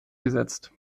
gesetzt